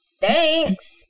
thanks